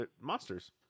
monsters